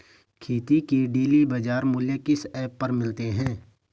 खेती के डेली बाज़ार मूल्य किस ऐप पर मिलते हैं?